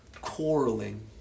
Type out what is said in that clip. quarreling